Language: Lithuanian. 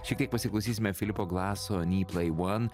šiek tiek pasiklausysime filipo glaso ny plei van